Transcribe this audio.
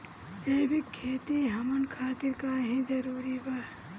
जैविक खेती हमन खातिर काहे जरूरी बा?